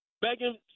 begging